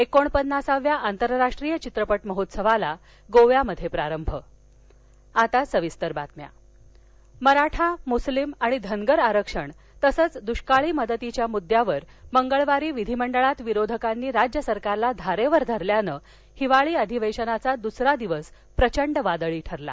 एकोणपन्नासाव्या चित्रपट महोत्सवाला गोव्यात आरंभ विधिमंडळ मराठा म्स्लिम आणि धनगर आरक्षण तसेच द्ष्काळी मदतीच्या मुद्यावर मंगळवारी विधिमंडळात विरोधकांनी राज्य सरकारला धारेवर धरल्यानं हिवाळी अधिवेनाचा दुसरा दिवस प्रचंडी वादळी ठरला